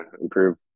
improve